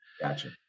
Gotcha